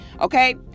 okay